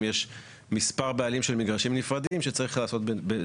יש מספר בעלים של מגרשים נפרדים שצריך לעשות ---.